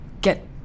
get